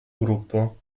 gruppo